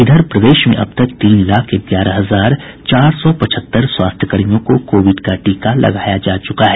इधर प्रदेश में अब तक तीन लाख ग्यारह हजार चार सौ पचहत्तर स्वास्थ्य कर्मियों को कोविड का टीका लगाया जा चुका है